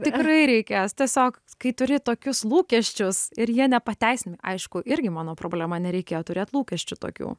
tikrai reikės tiesiog kai turi tokius lūkesčius ir jie nepateisina aišku irgi mano problema nereikėjo turėt lūkesčių tokių